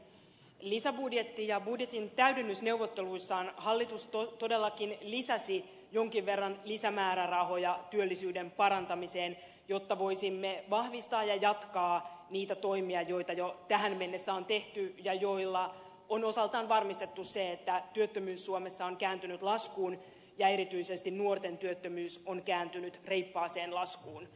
lisäbudjetin ja budjetin täydennysneuvotteluissaan hallitus todellakin lisäsi jonkin verran lisämäärärahoja työllisyyden parantamiseen jotta voisimme vahvistaa ja jatkaa niitä toimia joita jo tähän mennessä on tehty ja joilla on osaltaan varmistettu se että työttömyys suomessa on kääntynyt laskuun ja erityisesti nuorten työttömyys on kääntynyt reippaaseen laskuun